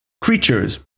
creatures